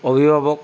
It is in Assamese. অভিভাৱক